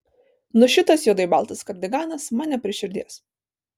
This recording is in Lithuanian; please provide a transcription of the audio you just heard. nu šitas juodai baltas kardiganas man ne prie širdies